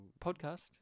Podcast